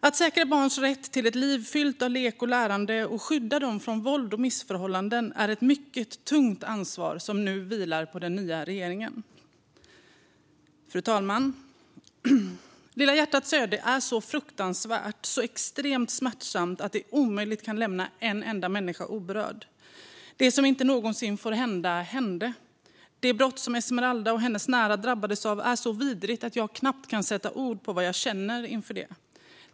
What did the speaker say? Att säkra barns rätt till ett liv fyllt av lek och lärande och att skydda dem från våld och missförhållanden är ett mycket tungt ansvar som nu vilar på den nya regeringen. Fru talman! "Lilla hjärtats" öde är så fruktansvärt och så extremt smärtsamt att det omöjligt kan lämna en enda människa oberörd. Det som inte någonsin får hända hände. Det brott som Esmeralda och hennes nära drabbades av är så vidrigt att jag knappt kan sätta ord på vad jag känner för det.